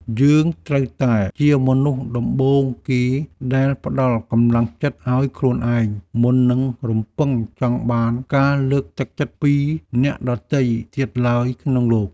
យើងត្រូវតែជាមនុស្សដំបូងគេដែលផ្ដល់កម្លាំងចិត្តឱ្យខ្លួនឯងមុននឹងរំពឹងចង់បានការលើកទឹកចិត្តពីអ្នកដទៃទៀតឡើយក្នុងលោក។